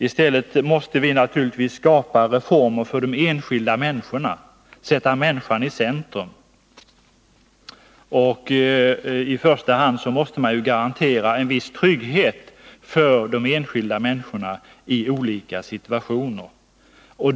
I stället måste vi naturligtvis skapa reformer för de enskilda människorna, sätta människan i centrum. I första hand måste man garantera en viss trygghet för de enskilda människorna i olika situationer.